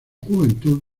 juventud